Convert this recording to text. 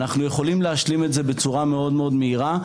אנחנו יכולים להשלים את זה בצורה מאוד מאוד מהירה,